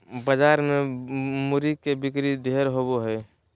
बाजार मे मूरी के बिक्री ढेर होवो हय